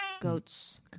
Goat's